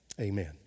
amen